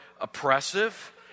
oppressive